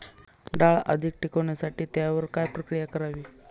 डाळ अधिक टिकवण्यासाठी त्यावर काय प्रक्रिया करावी?